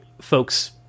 folks